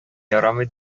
ярамый